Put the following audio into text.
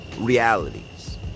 realities